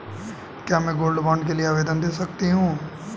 क्या मैं gold bond के लिए आवेदन दे सकती हूँ?